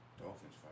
Dolphins